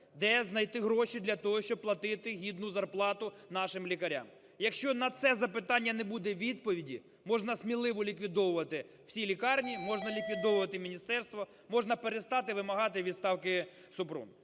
де знайти гроші для того, щоб платити гідну зарплату нашим лікарям. Якщо на це запитання не буде відповіді, можна сміливо ліквідовувати всі лікарні. Можна ліквідовувати міністерство, можна перестати вимагати відставки Супрун.